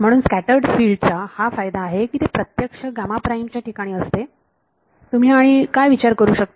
म्हणून scattered field चा हा फायदा आहे की ते प्रत्यक्ष च्या ठिकाणी असते तुम्ही आणि काय विचार करू शकता